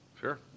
Sure